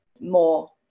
more